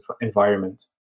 environment